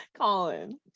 Colin